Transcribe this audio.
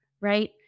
right